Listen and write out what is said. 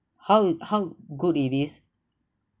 how how good it is